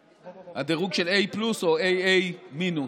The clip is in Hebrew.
הדירוג של A פלוס או AA מינוס,